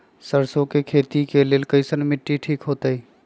सरसों के खेती के लेल कईसन मिट्टी ठीक हो ताई?